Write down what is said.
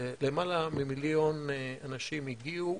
כשלמעלה ממיליון אנשים הגיעו.